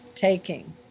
taking